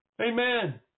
Amen